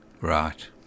Right